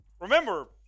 Remember